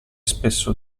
spesso